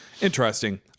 Interesting